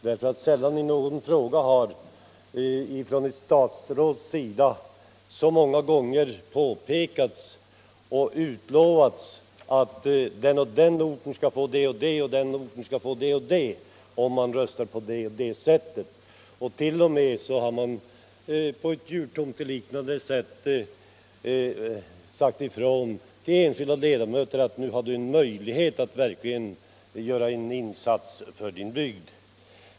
Sällan har i någon fråga ett statsråd så många gånger utlovat att den och den orten skall få det och det, om man röstar på det och det sättet. Man har t.o.m. på ett jultomteliknande sätt till enskilda ledamöter sagt: Nu har du en möjlighet att verkligen göra en insats för din bygd.